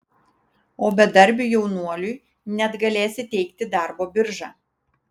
o bedarbiui jaunuoliui net galės įteikti darbo birža